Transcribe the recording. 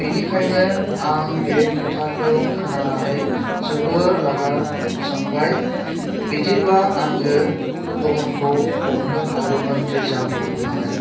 बेनिखायनो आं बे खोथाखौ खोनानानै जोबोर रागा जोंबाय बिदिब्ला आङो गुबुनखौ हमनो हागौमोन रिजाभ होननानै